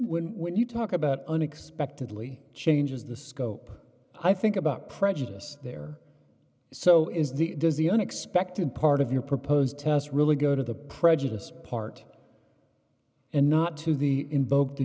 affairs when you talk about unexpectedly changes the scope i think about prejudice there so is the does the unexpected part of your proposed test really go to the prejudice part and not to the invoke the